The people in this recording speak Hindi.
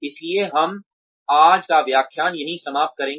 इसलिए हम आज का व्याख्यान यहीं समाप्त करेंगे